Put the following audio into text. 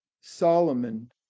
Solomon